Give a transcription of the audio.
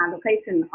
Location